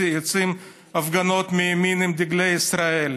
עושים הפגנות מימין עם דגלי ישראל.